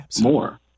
more